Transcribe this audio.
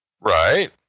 Right